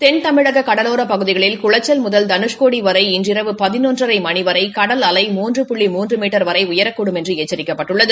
தென்தமிழக கடலோரப் பகுதிகளில் குளச்சல் முதல் தனுஷ்கோடி வரை இன்று இரவு பதினொன்றரை மணி வரை கடல் அலை மூன்று புள்ளி மூன்று மீட்டர் வரை உயரக்கூடும் என்று எச்சிக்கப்பட்டுள்ளது